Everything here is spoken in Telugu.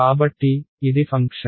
కాబట్టి ఇది ఫంక్షన్